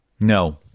No